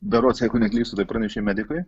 berods jeigu neklystu tai pranešė medikai